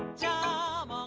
job. um ah